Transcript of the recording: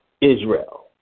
israel